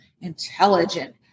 intelligent